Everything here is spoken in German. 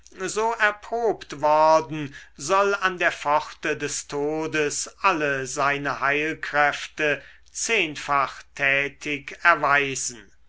so erprobt worden soll an der pforte des todes alle seine heilkräfte zehnfach tätig erweisen